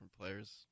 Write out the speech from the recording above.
players